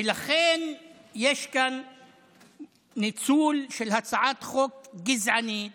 ולכן יש כאן ניצול של הצעת חוק גזענית